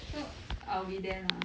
so I'll be there lah